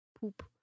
poop